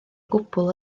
gwbl